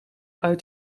uit